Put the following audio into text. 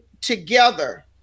together